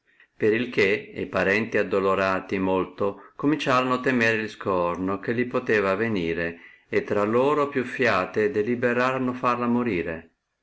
che e parenti addolorati molto cominciorono temere il scorno che li poteva avenire e tra loro più fiate deliberarono farla morire